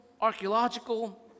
archaeological